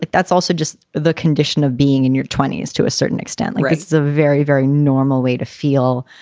like that's also just the condition of being in your twenty s to a certain extent. like it's a very, very normal way to feel.